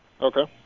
Okay